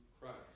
Christ